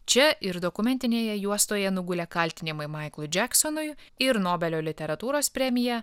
čia ir dokumentinėje juostoje nugulė kaltinimai maiklui džeksonui ir nobelio literatūros premiją